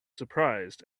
surprised